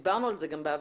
דיברנו על זה גם בעבר,